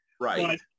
Right